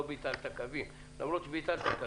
לא ביטלת קווים למרות שביטלת קווים.